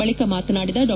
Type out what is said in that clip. ಬಳಿಕ ಮಾತನಾಡಿದ ಡಾ